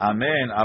Amen